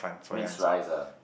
mixed rice ah